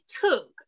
took